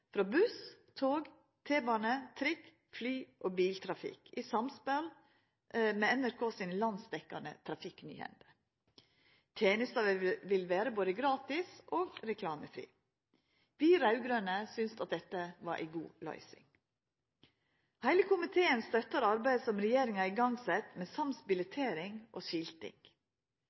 frå buss, tog, T-bane, trikk, fly og biltrafikk, i samspel med NRK sine landsdekkjande trafikknyhende. Tenesta vil vera både gratis og reklamefri. Vi raud-grøne syntest at dette var ei god løysing. Heile komiteen støttar arbeidet som regjeringa har igangsett med sams billettering og skilting.